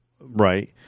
right